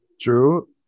True